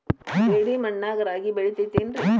ಜೇಡಿ ಮಣ್ಣಾಗ ರಾಗಿ ಬೆಳಿತೈತೇನ್ರಿ?